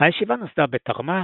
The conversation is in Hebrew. הישיבה נוסדה בתרמ"ה,